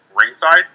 ringside